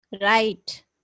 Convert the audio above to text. Right